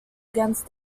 against